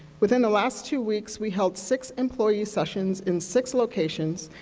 within the last two weeks, we held six employee sessions in six locations,